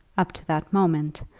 up to that moment,